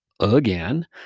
again